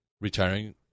retiring